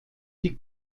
die